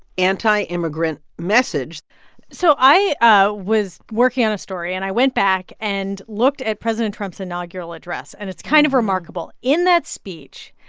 anti-immigrant message so i i was working on a story. and i went back and looked at president trump's inaugural address. and it's kind of remarkable. in that speech,